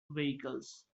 vehicles